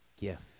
gift